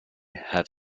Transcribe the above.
have